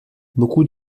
beaucoup